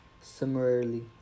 similarly